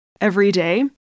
everyday